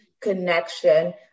connection